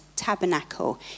tabernacle